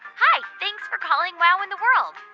hi, thanks for calling wow in the world.